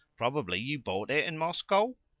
probably you bought it in moscow?